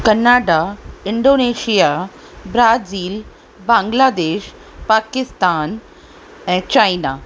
Canada Indonesia Brazil Bangladesh Pakistan ऐं China